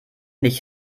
nicht